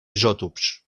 isòtops